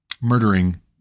murdering